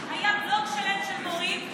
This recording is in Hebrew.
היה בלוק שלם של מורים,